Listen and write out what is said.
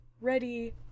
ready